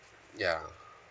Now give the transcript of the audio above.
ya